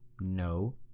No